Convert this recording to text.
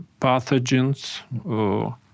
pathogens